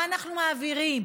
מה אנחנו מעבירים?